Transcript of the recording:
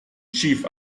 chief